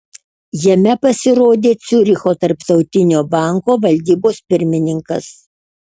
jame pasirodė ciuricho tarptautinio banko valdybos pirmininkas